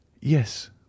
Yes